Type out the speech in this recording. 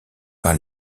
par